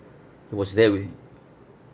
he was there wi~